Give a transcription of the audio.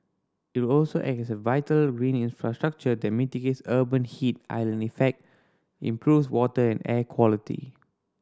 it will also act as a vital green infrastructure that mitigates urban heat island effect improves water and air quality